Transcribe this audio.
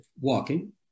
walking